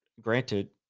granted